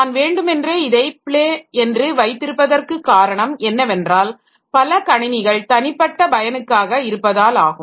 நான் வேண்டுமென்றே இதை ப்ளே என்று வைத்திருப்பதற்கு காரணம் என்னவென்றால் பல கணினிகள் தனிப்பட்ட பயனுக்காக இருப்பதால் ஆகும்